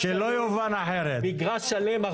צובעים מגרש שלם,